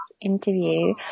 interview